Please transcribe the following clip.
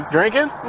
Drinking